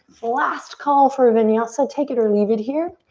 last call for vinyasa, take it or leave it here.